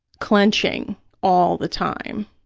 clenching all the time,